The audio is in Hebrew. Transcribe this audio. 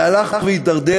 וזה הלך והידרדר.